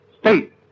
state